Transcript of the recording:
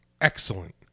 excellent